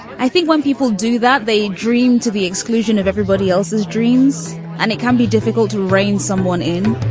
i think when people do that they dream to the exclusion of everybody else's dreams. and it can be difficult to rein someone in.